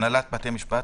הנהלת בתי המשפט.